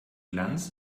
glanz